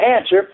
answer